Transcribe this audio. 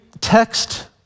text